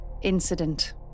incident